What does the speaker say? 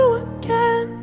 again